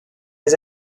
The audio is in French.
les